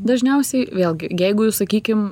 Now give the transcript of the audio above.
dažniausiai vėlgi jeigu jūs sakykim